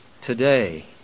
today